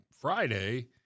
Friday